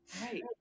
Right